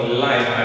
life